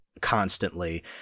constantly